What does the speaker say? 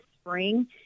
spring